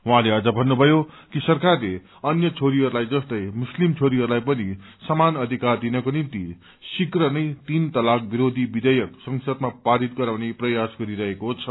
उहाँले भन्नुभयो कि सरकारको अन्य छोरीहरूलाई जस्तै मुस्लिम छोरीहरूलाई पनि समान अधिकार दिनको निम्ति शीप्र नै तीन तलाक विरोधी विधेयक संसदमा पारित गराउने प्रयास गरिरहेको छ